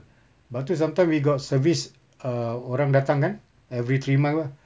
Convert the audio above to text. sebab tu sometimes we got service err orang datang kan every three month ke apa